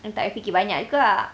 nanti I fikir banyak juga